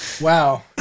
wow